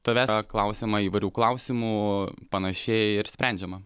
tavęs klausiama įvairių klausimų panašiai ir sprendžiama